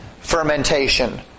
fermentation